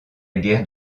guerre